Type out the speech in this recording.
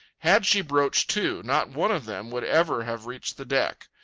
had she broached to, not one of them would ever have reached the deck.